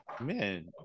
Man